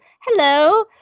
hello